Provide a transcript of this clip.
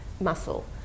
muscle